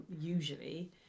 usually